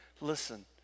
Listen